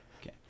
okay